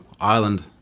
island